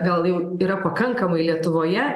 gal jau yra pakankamai lietuvoje